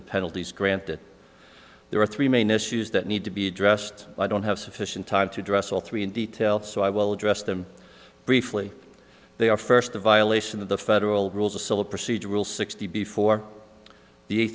the penalties granted there are three main issues that need to be addressed i don't have sufficient time to address all three in detail so i will address them briefly they are first a violation of the federal rules of civil procedure rule sixty before the